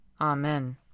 Amen